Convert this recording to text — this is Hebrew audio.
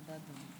תודה.